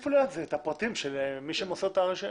תוסיפו ליד זה את הפרטים של מי שמוסר את הרישיון.